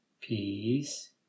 Peace